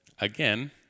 Again